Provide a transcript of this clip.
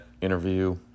interview